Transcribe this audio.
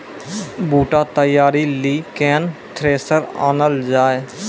बूटा तैयारी ली केन थ्रेसर आनलऽ जाए?